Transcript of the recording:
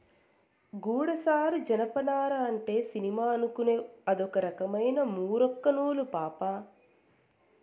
గూడసారి జనపనార అంటే సినిమా అనుకునేవ్ అదొక రకమైన మూరొక్క నూలు పాపా